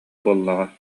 буоллаҕа